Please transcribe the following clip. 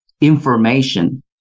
information